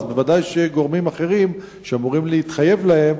אז בוודאי גורמים אחרים שאמורים להתחייב להם,